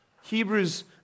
Hebrews